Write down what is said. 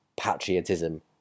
patriotism